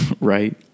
right